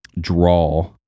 draw